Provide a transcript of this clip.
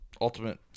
Ultimate